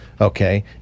okay